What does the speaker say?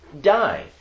die